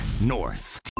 North